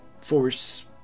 force